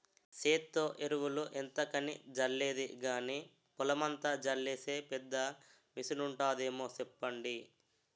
సేత్తో ఎరువులు ఎంతకని జల్లేది గానీ, పొలమంతా జల్లీసే పెద్ద మిసనుంటాదేమో సెప్పండి?